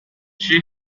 she